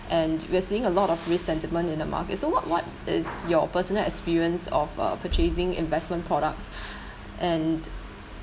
and we're seeing a lot of risk sentiment in the market so what what is your personal experience of uh purchasing investment products and